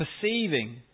perceiving